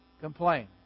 complain